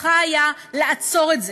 בכוחך היה לעצור את זה,